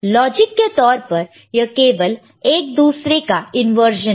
logic के तौर पर यह केवल एक दूसरे का इंवर्जन है